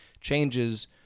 changes